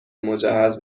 مجهز